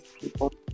people